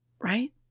Right